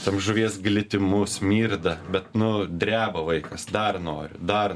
tam žuvies glitimu smirda bet nu dreba vaikas dar noriu dar